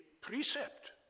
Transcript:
precept